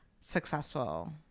successful